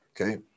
Okay